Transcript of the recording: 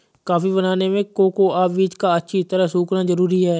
coffee बनाने में cocoa बीज का अच्छी तरह सुखना जरूरी है